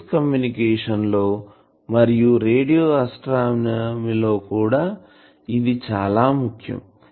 space communication లో మరియు radio astronomy లో కూడా ఇది చాలా ముఖ్యం